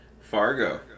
Fargo